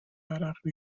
عرق